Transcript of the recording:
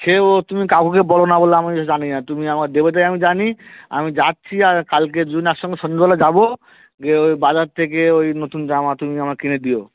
সে ও তুমি কাকুকে বলো না বলো আমি কিছু জানি না তুমি আমায় দেবে তাই আমি জানি আমি যাচ্ছি আর কালকে দুজনে একসঙ্গে সন্ধেবেলা যাবো গিয়ে ওই বাজার থেকে ওই নতুন জামা তুমি আমায় কিনে দিও